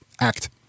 act